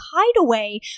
hideaway